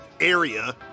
area